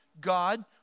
God